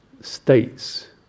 states